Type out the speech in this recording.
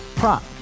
prop